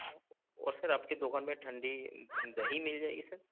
اور سر آپ کی دوکان میں ٹھنڈی دہی مل جائے گی سر